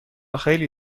خیلی